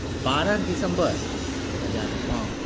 बारह दिसम्बर दू हजार पाँच